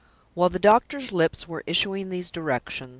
while the doctor's lips were issuing these directions,